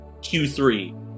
Q3